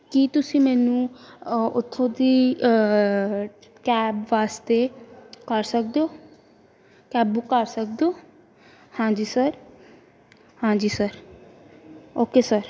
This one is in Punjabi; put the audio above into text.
ਕੀ ਤੁਸੀਂ ਮੈਨੂੰ ਉੱਥੋਂ ਦੀ ਕੈਬ ਵਾਸਤੇ ਕਰ ਸਕਦੇ ਹੋ ਕੈਬ ਬੁੱਕ ਕਰ ਸਕਦੇ ਹੋ ਹਾਂਜੀ ਸਰ ਹਾਂਜੀ ਸਰ ਓਕੇ ਸਰ